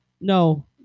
No